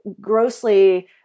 grossly